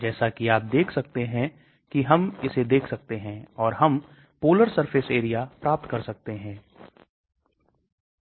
क्योंकि आप देख सकते हैं कि पेट में यह 3 से 4 घंटे है इसलिए यदि आप तेज कार्यशील दवा चाहते हैं तो इसे बहुत तेजी से घुलना होगा